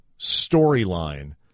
storyline